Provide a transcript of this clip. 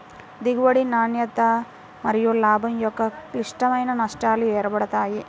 దిగుబడి, నాణ్యత మరియులాభం యొక్క క్లిష్టమైన నష్టాలు ఏర్పడతాయి